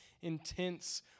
intense